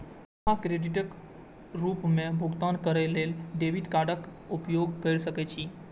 अहां क्रेडिटक रूप मे भुगतान करै लेल डेबिट कार्डक उपयोग कैर सकै छी